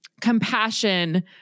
compassion